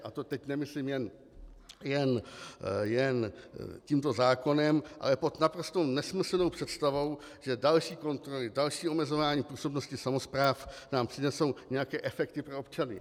A to teď nemyslím jen tímto zákonem, ale pod naprosto nesmyslnou představou, že další kontroly, další omezování působnosti samospráv nám přinesou nějaké efekty pro občany.